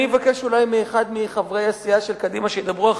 אני אולי אבקש מאחד מחברי סיעת קדימה שידברו אחרי,